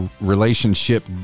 relationship